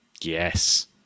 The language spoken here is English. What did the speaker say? yes